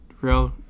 real